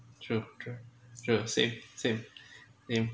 true true true same same name